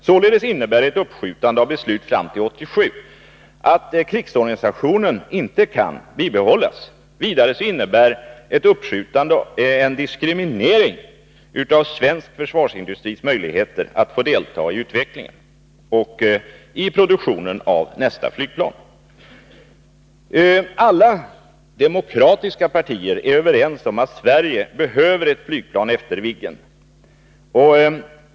Således innebär ett uppskjutande av beslutet fram till 1987 att krigsorganisationen inte kan bibehållas. Vidare innebär ett uppskjutande en diskriminering av svensk försvarsindustris möjligheter att få delta i utveckling och produktion av nästa flygplan. Alla demokratiska partier är överens om att Sverige behöver ett flygplan efter Viggen.